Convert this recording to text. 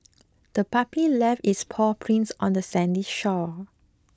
the puppy left its paw prints on the sandy shore